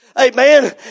Amen